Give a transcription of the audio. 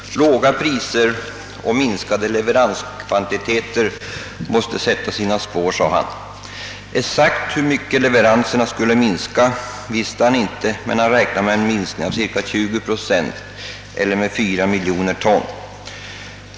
Låga priser och minskade leveranskvantiteter måste sätta sina spår, sade han. Exakt hur mycket leveranserna skulle minska visste han inte, men han räknade med en minskning på cirka 20 procent eller 4 miljoner ton.